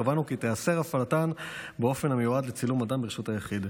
קבענו כי תיאסר הפעלתן באופן המיועד לצילום אדם ברשות היחיד.